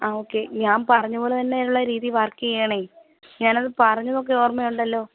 ആ ഓക്കെ ഞാന് പറഞ്ഞതുപോലെ തന്നെ ഉള്ള രീതി വര്ക്ക് ചെയ്യണേ ഞാനത് പറഞ്ഞതൊക്കെ ഓര്മ്മ ഉണ്ടല്ലോ